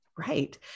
right